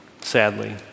sadly